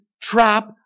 trap